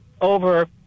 over